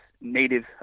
native